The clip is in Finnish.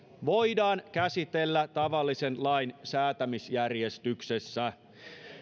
voidaan käsitellä tavallisen lain säätämisjärjestyksessä